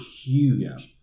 huge